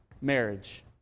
marriage